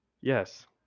Yes